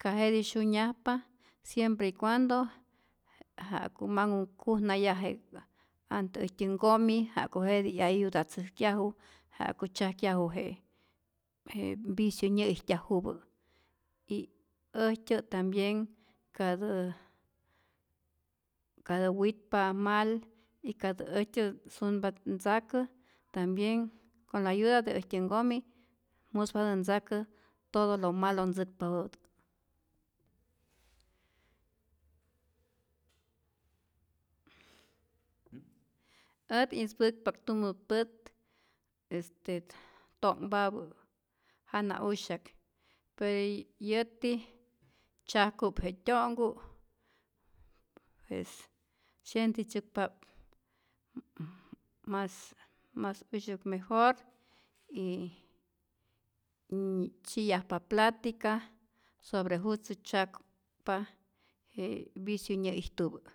ka jetij syunyajapa siempre y cuando ja'ku manhu kujnayaje ante äjtyä nkomi ja'ku jetij 'yayudatzäjkyaju ja'ku tzyajkyaju je je vicio nyä'ijtyajupä, y äjtyä tambien ka tä ka tä witpa mal y ka äjtyä sunpa ntzakä tambien con la ayuda de äjtya nkomi muspatä ntzakä todo lo malo tzäkpapätä, ät ispäkpa't tumä pät este to'nhpapa jana'usya'k pe yäti tzyajku'p je tyo'nhku pues syentitzäkpap mas juicios mejor y y tzyi'yajpa platica sobre jutzä tzyakpa je vicio nyä'ijtupä.